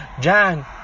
John